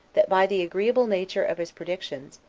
that by the agreeable nature of his predictions,